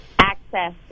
access